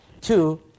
Two